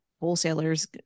wholesalers